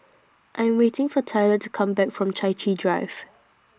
I'm waiting For Tylor to Come Back from Chai Chee Drive